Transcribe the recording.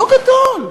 לא גדול.